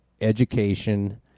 education